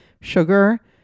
sugar